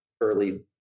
early